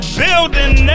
building